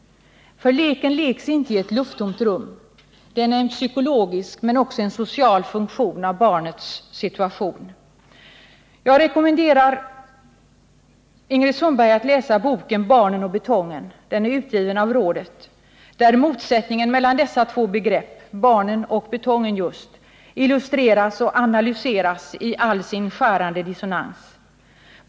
Leken leks inte i ett lufttomt rum. Den är en psykologisk men också en social funktion av barnets situation. Jag rekommenderar Ingrid Sundberg att läsa boken Barnen och betongen, utgiven av rådet, där motsättningen mellan dessa två begrepp illustreras och analyseras i all sin skärande dissonans.